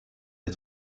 des